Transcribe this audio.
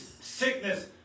sickness